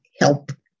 help